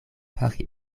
fari